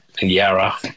Yarra